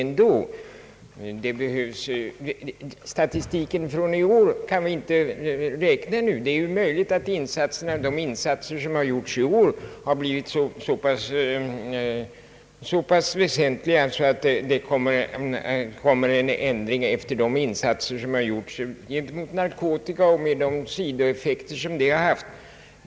Vi har ännu ingen statistik för i år, och det är möjligt att de insatser som har gjorts i år när det gäller narkotika och med de sidoeffekter som de har haft kan innebära en väsentlig förändring.